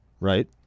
Right